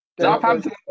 Southampton